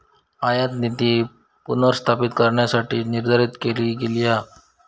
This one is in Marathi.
आयातनीती पुनर्स्थापित करण्यासाठीच निर्धारित केली गेली हा